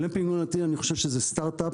גלמפינג עונתי אני חושב שזה סטארט-אפ,